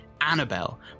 Annabelle